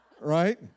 Right